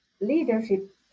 Leadership